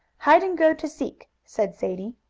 hide-and-go-to-seek, said sadie.